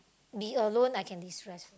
be alone I can destress